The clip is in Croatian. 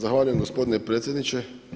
Zahvaljujem gospodine predsjedniče.